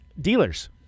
Dealers